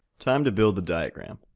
time to build the diagram.